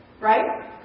Right